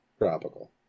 tropical